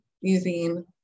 using